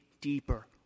deeper